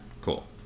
cool